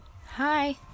Hi